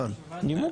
הצבעה לא אושרה.